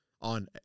on